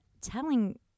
telling